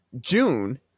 June